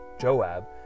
Joab